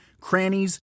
crannies